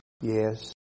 Yes